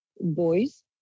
boys